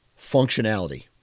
functionality